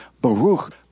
Baruch